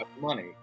money